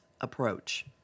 approach